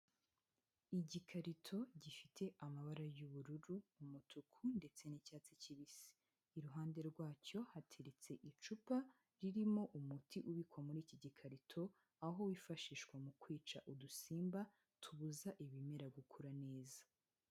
Igikarito gifite amabara y'ubururu, umutuku ndetse n'icyatsi kibisi, iruhande rwacyo hateretse icupa ririmo umuti ubikwa muri iki gikarito, aho wifashishwa mu kwica udusimba tubuza ibimera gukura neza.